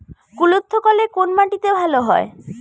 কুলত্থ কলাই কোন মাটিতে ভালো হয়?